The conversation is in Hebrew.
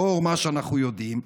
לאור מה שאנחנו יודעים,